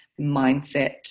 mindset